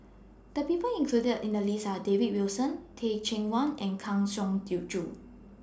The People included in The list Are David Wilson Teh Cheang Wan and Kang Siong Joo